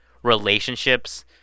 relationships